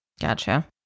Gotcha